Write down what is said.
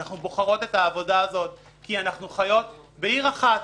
אנחנו בוחרות את העבודה הזאת כי אנחנו חיות בעיר אחת,